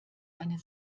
eine